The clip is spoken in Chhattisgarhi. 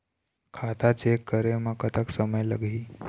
खाता चेक करे म कतक समय लगही?